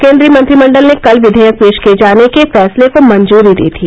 केन्द्रीय मंत्रिमंडल ने कल विधेयक पेश किये जाने के फैसले को मंजूरी दी थी